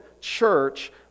church